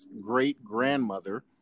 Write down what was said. great-grandmother